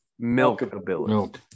Milkability